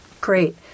Great